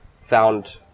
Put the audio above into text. found